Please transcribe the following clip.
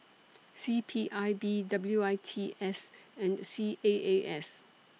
C P I B W I T S and C A A S